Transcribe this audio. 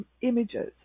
images